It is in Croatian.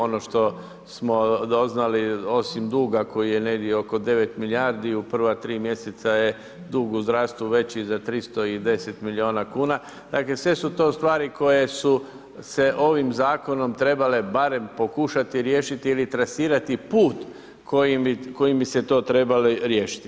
Ono što smo doznali, osim duga koji je negdje oko 9 milijardi, u prva tri mjeseca je dug u zdravstvu veći za 310 milijuna kuna. dakle sve su to stvari koje su se ovim zakonom trebale barem pokušati riješiti ili trasirati put kojim bi se to trebalo riješiti.